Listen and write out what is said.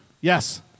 Yes